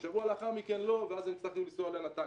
ובשבוע לאחר מכן לא ואז הם יצטרכו לנסוע לנתניה.